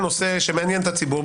ודאי בנושא שמעניין את הציבור,